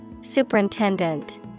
Superintendent